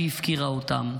שהיא הפקירה אותם,